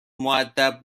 مودب